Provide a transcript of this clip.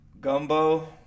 Gumbo